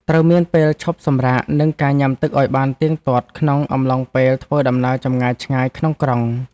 ត្រូវមានពេលឈប់សម្រាក និងការញ៉ាំទឹកឱ្យបានទៀងទាត់ ក្នុងអំឡុងពេលធ្វើដំណើរចម្ងាយឆ្ងាយក្នុងក្រុង។